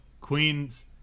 Queens